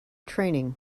training